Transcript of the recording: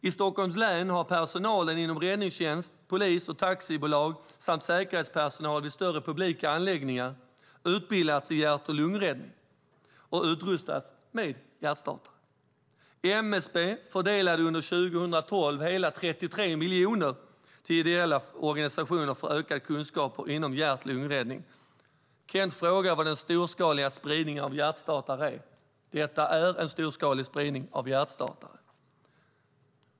I Stockholms län har personalen inom räddningstjänst, polis och taxibolag samt säkerhetspersonal vid större publika anläggningar utbildats i hjärt-lungräddning och utrustats med hjärtstartare. MSB fördelade under 2012 hela 33 miljoner till ideella organisationer för ökade kunskaper inom hjärt-lungräddning. Kent frågade vad den storskaliga spridningen av hjärtstartare är. Detta är en storskalig spridning av hjärtstartare.